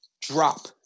drop